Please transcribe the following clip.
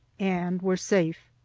and were safe.